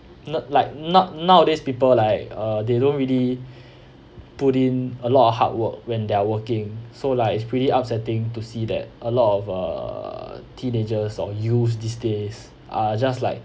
not like now nowadays people like uh they don't really put in a lot of hard work when they're working so like it's pretty upsetting to see that a lot of err teenagers or youth these days are just like